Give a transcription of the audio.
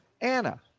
Anna